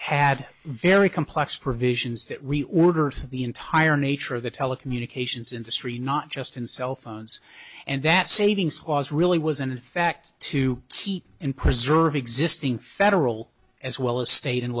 had very complex provisions that reorders the entire nature of the telecommunications industry not just in cell phones and that savings was really was in effect to keep and preserve existing federal as well as state and